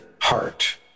heart